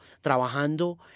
trabajando